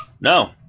No